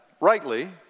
rightly